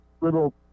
little